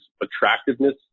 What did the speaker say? attractiveness